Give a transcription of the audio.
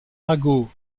arago